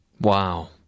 Wow